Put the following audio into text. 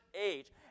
age